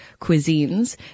cuisines